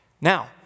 Now